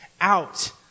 out